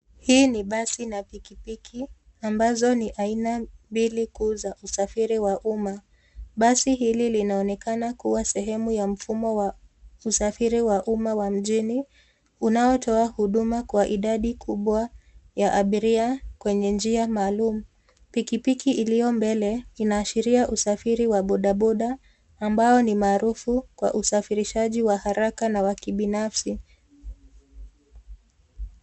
Hii ni basi na piki piki ambazo ni aina mbili kuu ya usafiri wa umma. Basi hili linaoonekana kuwa sehemu ya mfumo wa usafiri wa umma wa mjini unaotoa hudumu kwa idadi kubwa ya abiria kwenye njia maalum. Pikipiki iliyo mbele inaashiria usafiri wa boda boda ambao ni maarufu kwa usafirishaji wa haraka na wa kibinafsi.